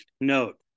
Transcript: note